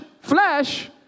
flesh